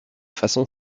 façon